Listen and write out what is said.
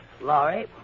Laurie